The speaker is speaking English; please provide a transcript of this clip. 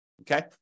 okay